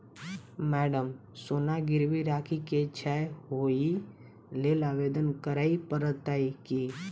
Madam सोना गिरबी राखि केँ छैय ओई लेल आवेदन करै परतै की?